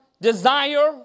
Desire